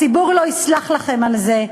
הציבור לא יסלח לכם על זה.